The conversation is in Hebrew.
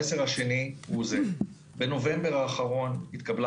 המסר השני הוא זה: בנובמבר האחרון התקבלה